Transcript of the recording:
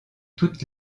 toutes